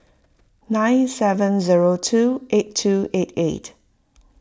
nine seven zero two eight two eight eight